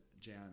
Jan